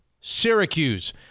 Syracuse